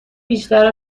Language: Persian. بیشتر